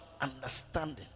understanding